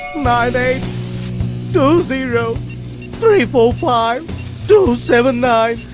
nine eight two zero three four five two seven nine.